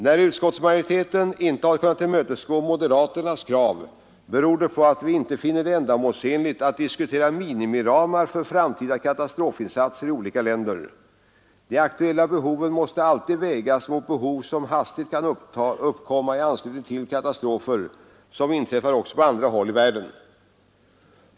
Att utskottsmajoriteten inte har kunnat tillmötesgå moderaternas krav beror på att vi inte finner det ändamålsenligt att diskutera minimiramar för framtida katastrofinsatser i olika länder. De aktuella behoven måste alltid vägas mot behov som hastigt kan uppkomma i anslutning till katastrofer som inträffar på andra håll i världen.